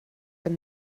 have